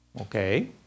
Okay